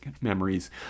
memories